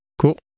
Cool